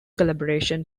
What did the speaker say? collaboration